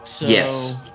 Yes